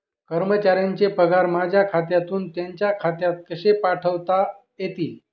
कर्मचाऱ्यांचे पगार माझ्या खात्यातून त्यांच्या खात्यात कसे पाठवता येतील?